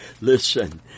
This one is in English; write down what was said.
Listen